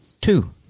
two